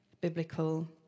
biblical